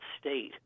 state